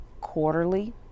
quarterly